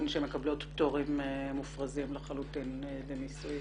שמקבלות פטורים מופרזים לחלוטין במיסוי.